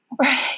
Right